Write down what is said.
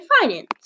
finance